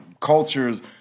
cultures